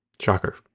Shocker